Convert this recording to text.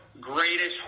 greatest